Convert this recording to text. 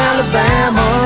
Alabama